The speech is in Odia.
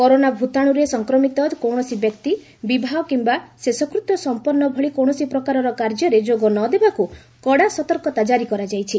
କରୋନା ଭୂତାଣୁରେ ସଂକ୍ରମିତ କୌଣସି ବ୍ୟକ୍ତି ବିବାହ କିମ୍ବା ଶେଷକୃତ୍ୟ ସମ୍ପନ୍ନ ଭଳି କୌଣସି ପ୍ରକାରର କାର୍ଯ୍ୟରେ ଯୋଗ ନ ଦେବାକୁ କଡ଼ା ସତର୍କତା କାରି କରାଯାଇଛି